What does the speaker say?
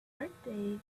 birthday